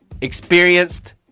Experienced